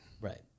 Right